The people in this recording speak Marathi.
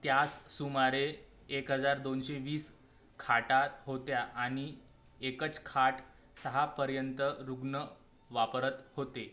त्यास सुमारे एक हजार दोनशे वीस खाटा होत्या आणि एकच खाट सहापर्यंत रुग्ण वापरत होते